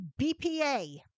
BPA